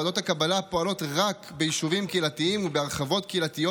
ועדות הקבלה פועלות רק ביישובים קהילתיים ובהרחבות קהילתיות